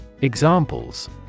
Examples